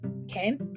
Okay